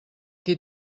qui